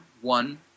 one